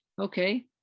okay